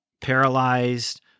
paralyzed